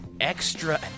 extra